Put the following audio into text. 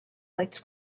lights